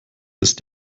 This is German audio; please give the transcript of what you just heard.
ist